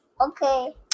Okay